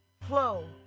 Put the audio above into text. flow